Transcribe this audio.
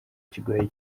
kigoye